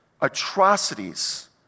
atrocities